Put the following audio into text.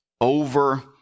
over